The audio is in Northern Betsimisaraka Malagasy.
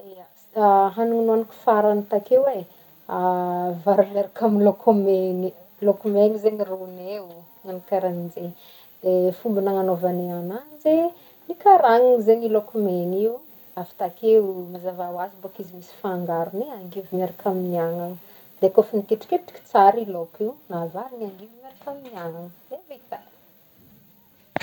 Ya, hanigny nohaniko faragny takeo e, vary miaraka amin'ny lôko megny, lôko megny zegny rônay oh, managno karaha zegny. Fomba nananaovagnay ananjy nikaranigny zegny lôko megny io, avy takeo de mazava hoazy bôko izy misy fangarony e, angivy miaraka amin'ny anana, dia koa efa miketriketriky tsara io lôko io dia avarigny angivy miaraka amin'ny anana dia vita.